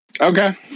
Okay